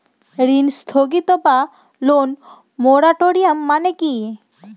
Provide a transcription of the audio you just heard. ঋণ স্থগিত বা লোন মোরাটোরিয়াম মানে কি?